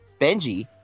benji